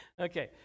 Okay